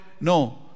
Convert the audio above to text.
No